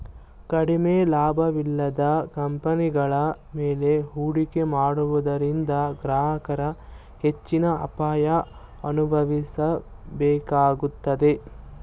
ಕಡಿಮೆ ಲಾಭವಿಲ್ಲದ ಕಂಪನಿಗಳ ಮೇಲೆ ಹೂಡಿಕೆ ಮಾಡುವುದರಿಂದ ಗ್ರಾಹಕರು ಹೆಚ್ಚಿನ ಅಪಾಯ ಅನುಭವಿಸಬೇಕಾಗುತ್ತದೆ